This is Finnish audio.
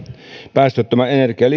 päästöttömän energian